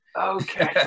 Okay